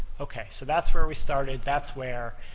okay, so that's where we started, that's where